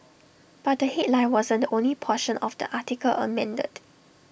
but the headline wasn't the only portion of the article amended